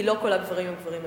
כי לא כל הגברים הם גברים אלימים.